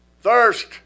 thirst